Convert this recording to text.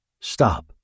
Stop